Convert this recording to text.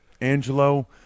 Angelo